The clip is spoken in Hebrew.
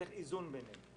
צריך איזון ביניהם.